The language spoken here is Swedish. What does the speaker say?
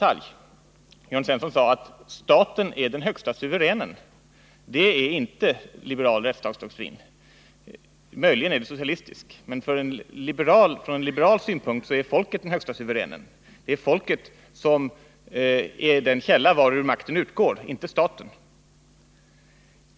Han sade nämligen att staten är den högste suveränen. Det är inte så enligt den liberala rättsstatsdoktrinen. Möjligen är det så enligt motsvarande socialistiska doktrin. Från liberal synpunkt är folket den högste suveränen. Det är folket som är den källa varur makten utgår, inte staten.